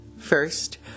First